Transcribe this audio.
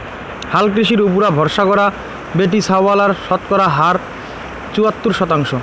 হালকৃষির উপুরা ভরসা করা বেটিছাওয়ালার শতকরা হার চুয়াত্তর শতাংশ